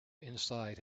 inside